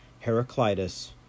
Heraclitus